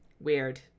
Weird